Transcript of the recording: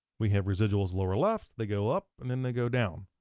we have residuals lower left, they go up, and then they go down.